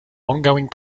ongoing